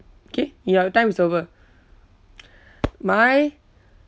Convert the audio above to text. K your time is over my